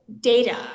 data